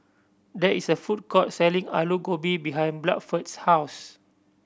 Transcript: there is a food court selling Alu Gobi behind Bluford's house